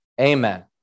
Amen